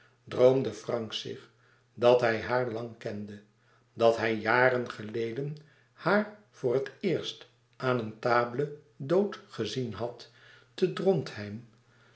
droomde frank zich dat hij haar lang kende dat hij jàren geleden haar voor het eerst aan een table dhôte gezien had te drontheim